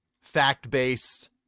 fact-based